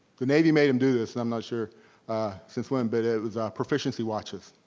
the navy made em do this and i'm not sure since when, but it was proficiency watches.